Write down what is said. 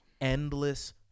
endless